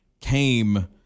came